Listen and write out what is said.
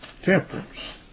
temperance